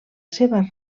seva